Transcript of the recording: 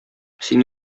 син